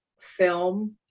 film